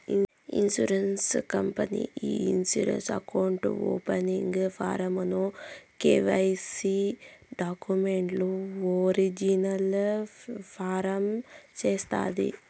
insurance company ఈ insurance account opening form ను KYC డాక్యుమెంట్లు ఒరిజినల్ వెరిఫై చేస్తాది